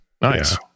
Nice